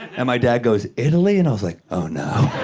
and my dad goes, italy? and i was like, oh, no.